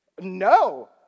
No